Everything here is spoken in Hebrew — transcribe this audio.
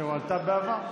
שהועלתה בעבר,